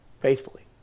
Faithfully